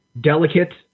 delicate